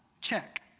Check